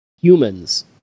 humans